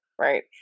right